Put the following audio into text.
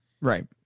Right